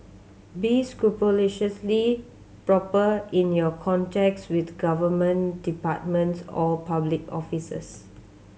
be scrupulously proper in your contacts with government departments or public officers